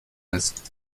ist